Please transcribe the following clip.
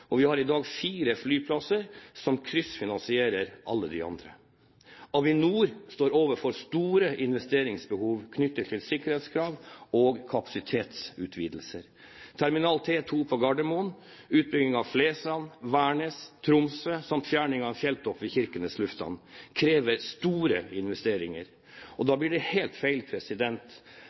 og vi har i dag fire flyplasser som kryssfinansierer alle de andre. Avinor står overfor store investeringsbehov knyttet til sikkerhetskrav og kapasitetsutvidelser. Ny terminal T2 på Gardermoen, utbygging av Flesland, Værnes og Tromsø samt fjerning av en fjelltopp ved Kirkenes lufthavn krever store investeringer, og da blir det helt feil